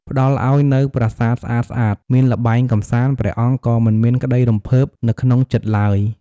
ផ្តល់ឲ្យនូវប្រាសាទស្អាតៗ មានល្បែងកម្សាន្ត ព្រះអង្គក៏មិនមានក្ដីរំភើបនៅក្នុងចិត្តឡើយ។